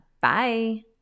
Bye